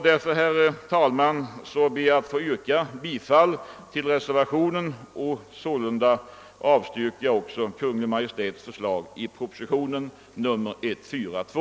Därför, herr talman, kommer jag att stödja reservationen vid statsutskottets utlåtande nr 169, innebärande avslag på Kungl. Maj:ts förslagi propositionen 142,